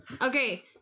Okay